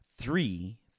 three